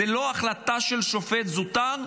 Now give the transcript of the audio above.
זו לא החלטה של שופט זוטר,